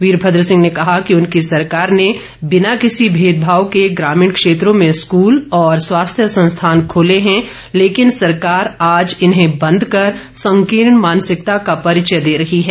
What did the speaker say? वीरभद्र सिंह ने कहा कि उनकी सरकार ने बिना किसी भेदभाव के ग्रामीण क्षेत्रों में स्कूल और स्वास्थ्य संस्थान खोले हैं लेकिन सरकार आज इन्हें बंद कर संकीर्ण मानसिकता का परिचय दे रही है